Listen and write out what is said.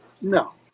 No